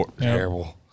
terrible